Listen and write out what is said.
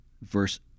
verse